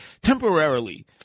temporarily